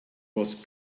was